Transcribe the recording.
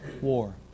war